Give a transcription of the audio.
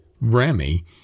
Remy